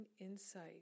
insight